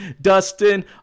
Dustin